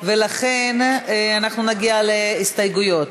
ולכן אנחנו נגיע להסתייגויות.